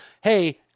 hey